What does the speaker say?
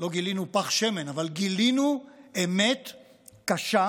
לא גילינו פך שמן, גילינו אמת קשה,